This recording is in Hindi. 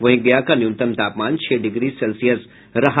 वहीं गया का न्यूनतम तापमान छह डिग्री सेल्सियस रहा